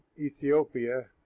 Ethiopia